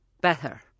better